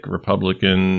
Republican